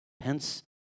Hence